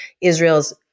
Israel's